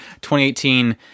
2018